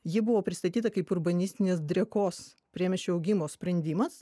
ji buvo pristatyta kaip urbanistinės driekos priemiesčio augimo sprendimas